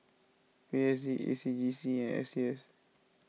P S D A C J C and S T S